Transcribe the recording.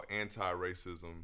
anti-racism